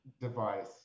device